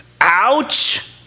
Ouch